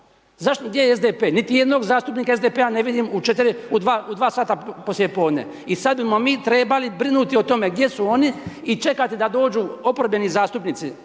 Saboru? Gdje je SDP? Niti jednog zastupnika SDP-a ne vidim u 2 sata poslijepodne i sada bi mi trebali brinuti o tome, gdje su oni i čekati da dođu oporbeni zastupnici